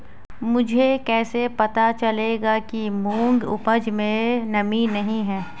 मुझे कैसे पता चलेगा कि मूंग की उपज में नमी नहीं है?